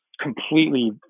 completely